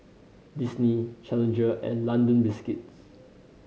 Disney Challenger and London Biscuits